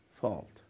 fault